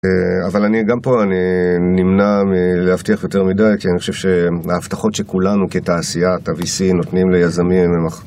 אבל גם פה אני נמנע להבטיח יותר מדי, כי אני חושב שההבטחות שכולנו כתעשיית, הווי.סי, נותנים ליזמים